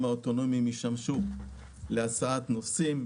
האוטונומיים ישמשו יותר להסעת נוסעים,